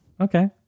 Okay